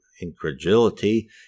incredulity